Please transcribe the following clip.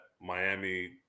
Miami